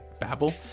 babble